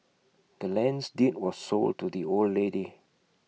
the land's deed was sold to the old lady